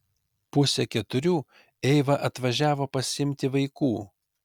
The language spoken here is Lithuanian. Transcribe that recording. pusę keturių eiva atvažiavo pasiimti vaikų